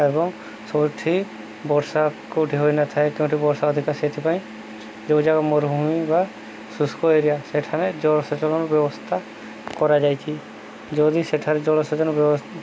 ଏବଂ ସବୁଠି ବର୍ଷା କେଉଁଠି ହୋଇନଥାଏ କେଉଁଠି ବର୍ଷା ଅଧିକା ସେଥିପାଇଁ ଯେଉଁ ଜାକ ମରୁଭୂମି ବା ଶୁଷ୍କ ଏରିଆ ସେଠାରେ ଜଳସେଚନର ବ୍ୟବସ୍ଥା କରାଯାଇଛି ଯଦି ସେଠାରେ ଜଳସେଚନ ବ୍ୟବ